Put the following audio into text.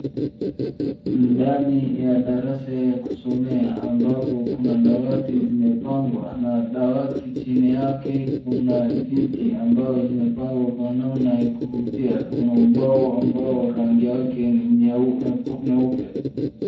Ndani ya darasa ya kusomea ambapo kuna dawati zimepangwa. Na dawati chini yake kuna viti ambao zimepangwa kwa namna ya kuvutia, kuna ubao ambao rangi yake ni nyeupe.